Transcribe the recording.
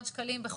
אם